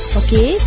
okay